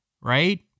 right